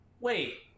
Wait